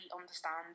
understand